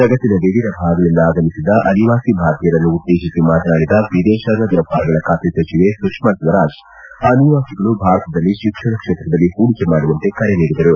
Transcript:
ಜಗತ್ತಿನ ವಿವಿಧ ಭಾಗಗಳಿಂದ ಆಗಮಿಸಿದ್ದ ಅನಿವಾಸಿ ಭಾರತೀಯರನ್ನು ಉದ್ದೇತಿಸಿ ಮಾತನಾಡಿದ ವಿದೇಶಾಂಗ ವ್ವವಹಾರಗಳ ಖಾತೆ ಸಚಿವೆ ಸುಷ್ನಾ ಸ್ವರಾಜ್ ಅನಿವಾಸಿಗಳು ಭಾರತದಲ್ಲಿ ಶಿಕ್ಷಣ ಕ್ಷೇತ್ರದಲ್ಲಿ ಹೂಡಿಕೆ ಮಾಡುವಂತೆ ಕರೆ ನೀಡಿದರು